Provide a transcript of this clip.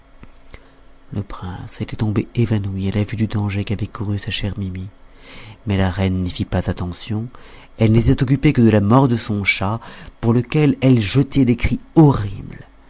le prince était tombé évanoui à la vue du danger qu'avait couru sa chère biby mais la reine n'y fit pas attention elle n'était occupée que de la mort de son chat pour lequel elle jetait des cris horribles